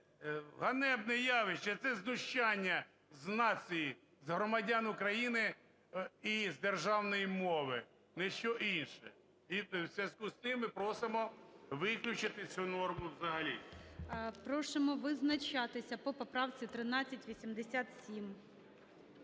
ганебне явище, це знущання з нації, з громадян України і з державної мови – ніщо інше. І у зв'язку з цим ми просимо виключити цю норму взагалі. ГОЛОВУЮЧИЙ. Просимо визначатися по поправці 1387.